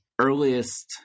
earliest